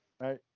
right